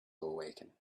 awaken